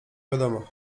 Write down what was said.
wiadomo